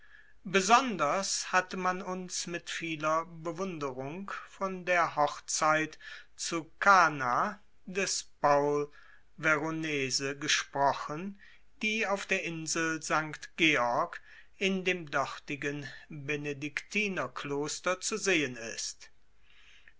besonders hatte man uns mit vieler bewunderung von der hochzeit zu kana des paul veronese gesprochen die auf der insel st georg in einem dortigen benediktinerkloster zu sehen ist